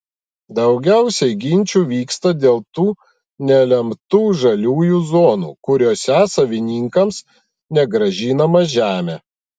daugiausiai ginčų vyksta dėl tų nelemtų žaliųjų zonų kuriose savininkams negrąžinama žemė